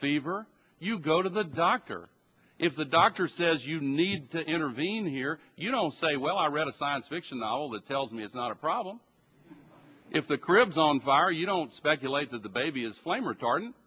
fever you go to the doctor if the doctor says you need to intervene here you know say well i read a science fiction novel that tells me it's not a problem if the cribs on fire you don't speculate that the baby is fla